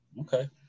Okay